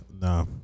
Nah